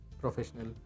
professional